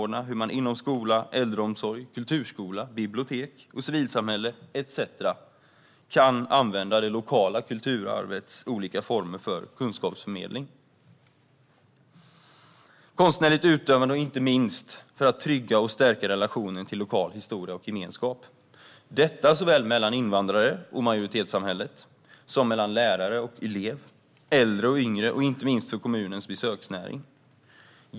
Det handlar om hur man inom skola, äldreomsorg, kulturskola, bibliotek, civilsamhälle etcetera kan använda det lokala kulturarvets olika former för kunskapsförmedling och konstnärligt utövande och inte minst för att trygga och stärka relationen till lokal historia och gemenskap. Detta gäller förhållandet mellan invandrare och majoritetssamhället, mellan lärare och elev och mellan äldre och yngre. Inte minst är det viktigt för kommunens besöksnäring.